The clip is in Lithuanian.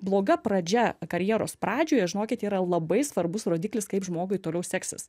bloga pradžia karjeros pradžioje žinokit yra labai svarbus rodiklis kaip žmogui toliau seksis